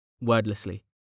Wordlessly